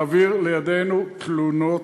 להעביר לידינו תלונות,